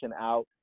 out